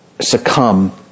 succumb